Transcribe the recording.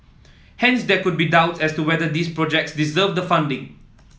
hence there could be doubts as to whether these projects deserved the funding